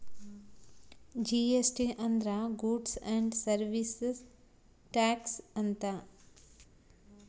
GST ಅಂದ್ರ goods and service tax ಅಂತ